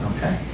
Okay